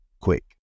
quick